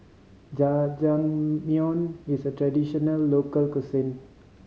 jajangmyeon is a traditional local cuisine